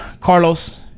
Carlos